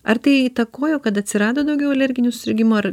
ar tai įtakojo kad atsirado daugiau alerginių susirgimų ar